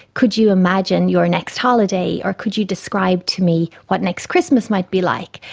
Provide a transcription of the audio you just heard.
could you imagine your next holiday, or could you describe to me what next christmas might be like?